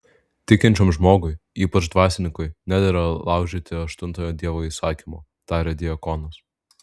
tikinčiam žmogui ypač dvasininkui nedera laužyti aštuntojo dievo įsakymo tarė diakonas